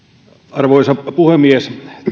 arvoisa puhemies